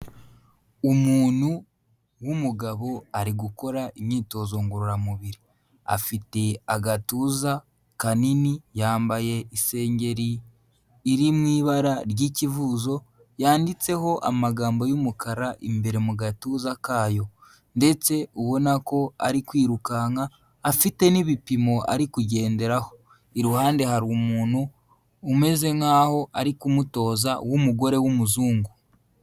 Umuntu w'umugabo ari gukora imyitozo ngororamubiri, afite agatuza kanini, yambaye isengeri iri mu ibara ry'ikivuzo yanditseho amagambo y'umukara imbere mu gatuza kayo ndetse ubona ko ari kwirukanka, afite n'ibipimo arikugenderaho. Iruhande hari umuntu umeze nkaho ari kumutoza w'umugore w'umuzungu.